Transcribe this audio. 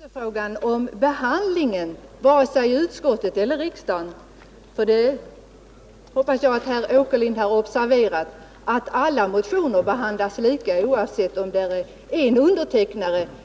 Herr talman! Det var väl inte frågan om behandlingen, vare sig i utskottet eller i kammaren, som vi diskuterar. Jag hoppas att herr Åkerlind har observerat att alla motioner behandlas lika, oavsett om de har en